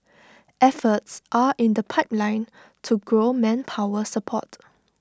efforts are in the pipeline to grow manpower support